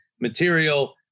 material